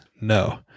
No